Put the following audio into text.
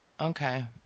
Okay